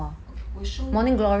okay 我 show 你